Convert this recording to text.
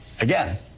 Again